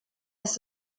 ist